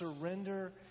surrender